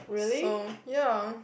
so ya